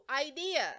idea